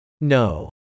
No